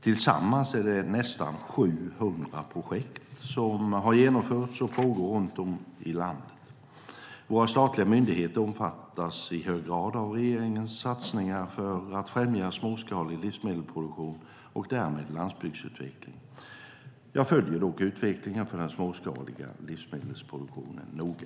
Tillsammans är det nästan 700 projekt som har genomförts eller pågår runt om i landet. Våra statliga myndigheter omfattas i hög grad av regeringens satsningar för att främja småskalig livsmedelsproduktion och därmed landsbygdsutveckling. Jag följer dock utvecklingen för den småskaliga livsmedelsproduktionen noga.